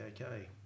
Okay